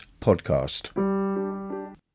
podcast